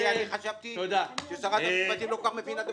כי חשבתי ששרת המשפטים לא כל כך מבינה.